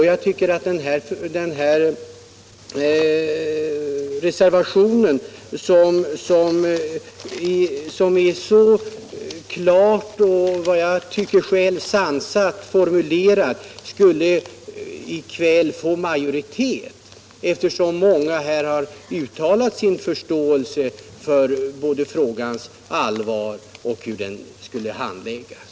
Jag tycker att reservationen, som är så klart och enligt min mening sansat formulerad, i kväll borde biträdas av en majoritet, eftersom många har uttalat sin förståelse både för frågans allvar och för hur den skall handläggas.